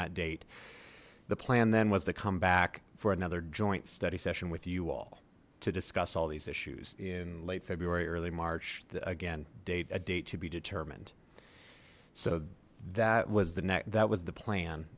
that date the plan then was to come back for another joint study session with you all to discuss all these issues in late february early march again date a date to be determined so that was the neck that was the plan